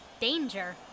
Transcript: danger